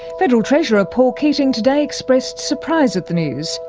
federal treasurer paul keating today expressed surprise at the news.